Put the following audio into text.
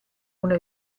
una